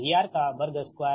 VR